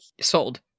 Sold